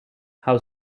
how